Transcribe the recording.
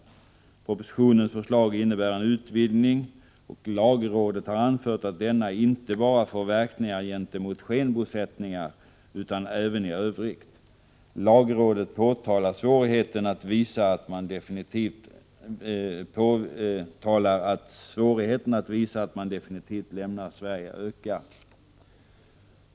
Propositionens förslag innebär ju en utvidgning. Lagrådet har anfört att denna inte bara får verkningar gentemot skenbosättningar i utlandet utan även i övrigt. Lagrådet påpekar att svårigheten att visa att man definitivt lämnat Sverige ökar.